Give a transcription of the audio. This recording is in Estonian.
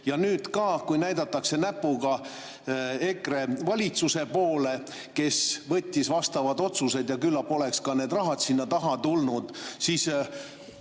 Ka nüüd, kui näidatakse näpuga EKRE valitsuse poole, kes võttis vastu vastavad otsused ja küllap oleks ka raha sinna taha tulnud, ma